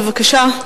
בבקשה.